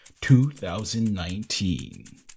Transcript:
2019